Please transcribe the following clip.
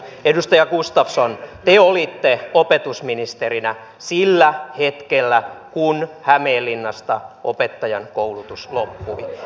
edustaja gustafsson te olitte opetusministerinä sillä hetkellä kun hämeenlinnasta opettajankoulutus loppui